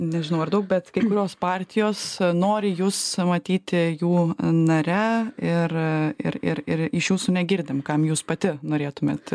nežinau ar daug bet kai kurios partijos nori jus matyti jų nare ir ir ir ir iš jūsų negirdim kam jūs pati norėtumėt